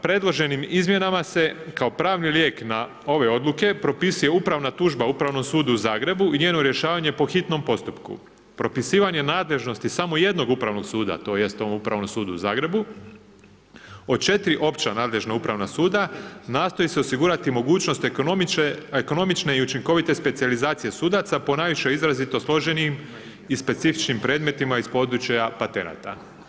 Predloženim izmjenama se kao pravni lijek na ove odluke propisuje upravna tužba Upravnom sudu u Zagrebu i njeno rješavanje po hitnom postupku. propisivanje nadležnost samo jednog upravnog suda, tj. ovom Upravnom sudu u Zagrebu, od 4 opća nadležna upravna suda, nastoji se osigurati mogućnost ekonomične i učinkovite specijalizacije sudaca po najvišem izrazito složenim i specifičnim predmetima iz područja patenata.